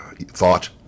thought